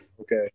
Okay